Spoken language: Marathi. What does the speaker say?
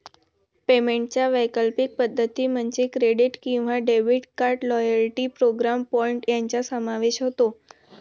पेमेंटच्या वैकल्पिक पद्धतीं मध्ये क्रेडिट किंवा debit card, loyalty programme point यांचा समावेश होतो